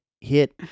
hit